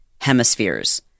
hemispheres